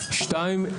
שתיים,